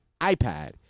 iPad